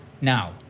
Now